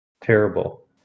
terrible